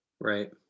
Right